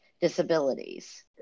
disabilities